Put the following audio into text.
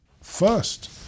First